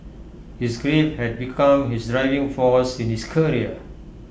his grief had become his driving force in his career